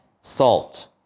salt